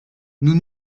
nous